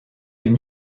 une